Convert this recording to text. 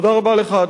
תודה רבה לך,